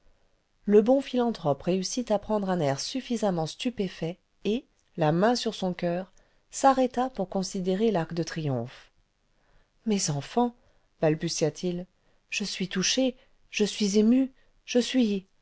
le bon philanthrope réussit à prendre un air suffisamment stupéfait et la main sur sou coeur s'arrêta pour considérer l'arc de triomphe ce mes enfants balbutia-t-il je suis touché je suis ému je suis